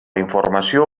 informació